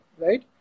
right